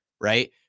right